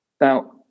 Now